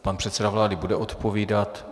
Pan předseda vlády bude odpovídat.